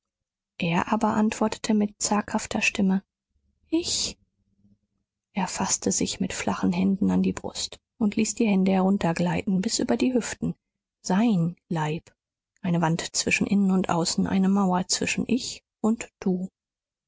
er aber antwortete mit zaghafter stimme ich er faßte sich mit flachen händen an die brust und ließ die hände heruntergleiten bis über die hüften sein leib eine wand zwischen innen und außen eine mauer zwischen ich und du